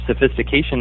sophistication